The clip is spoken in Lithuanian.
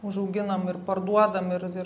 užauginam ir parduodam ir ir